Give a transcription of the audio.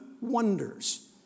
wonders